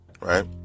right